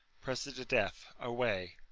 press it to death. away!